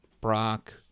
Brock